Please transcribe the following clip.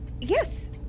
Yes